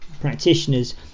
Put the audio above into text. practitioners